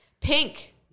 Pink